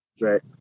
Right